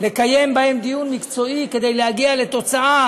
לקיים בהם דיון מקצועי כדי להגיע לתוצאה